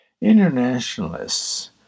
Internationalists